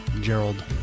Gerald